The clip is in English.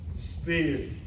Spirit